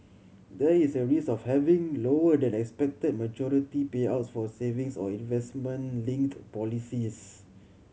there is a risk of having lower than expected maturity payouts for savings or investment linked policies